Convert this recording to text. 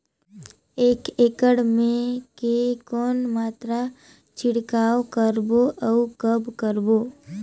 एक एकड़ मे के कौन मात्रा छिड़काव करबो अउ कब करबो?